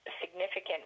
significant